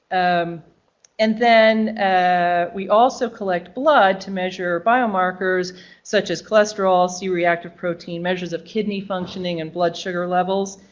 um and then ah we also collect blood to measure biomarkers such as cholesterol c-reactive protein, measures of kidney functioning and blood sugar levels,